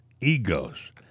egos